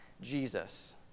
Jesus